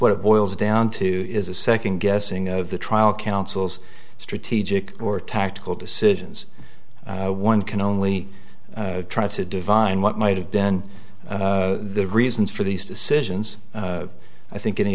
what it boils down to is a second guessing of the trial council's strategic or tactical decisions one can only try to divine what might have been the reasons for these decisions i think any